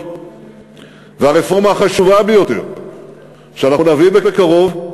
והרפורמה החשובה ביותר שאנחנו נביא בקרוב,